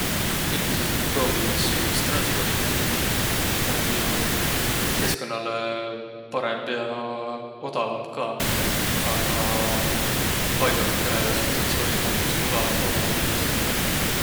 Üldiselt ma proovi iks ütistransporti pruukiq. Et taa om jo keskkonnalõ parõmb ja odavamb ka. Aga pall'oh situatsioonih om iks mugavamb uma autoga sõitaq.